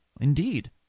Indeed